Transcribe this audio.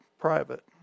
private